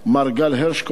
מר גל הרשקוביץ.